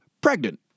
pregnant